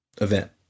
event